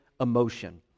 emotion